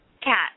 cat